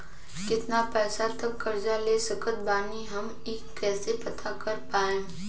केतना पैसा तक कर्जा ले सकत बानी हम ई कइसे पता कर पाएम?